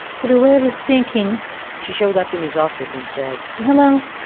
to the way of his thinking she showed up in his office and said, hello.